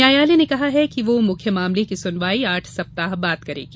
न्यायालय ने कहा कि वह मुख्य मामले की सुनवाई आठ सप्ताह बाद करेगी